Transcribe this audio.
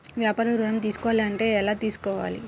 వ్యాపార ఋణం తీసుకోవాలంటే ఎలా తీసుకోవాలా?